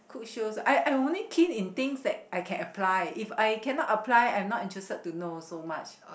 cook shows I I'm only keen in things that I can apply if I cannot apply I'm not interested to know so much